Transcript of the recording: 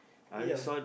ya